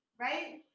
Right